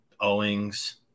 Owings